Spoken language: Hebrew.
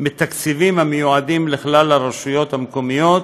מתקציבים המיועדים לכלל הרשויות המקומיות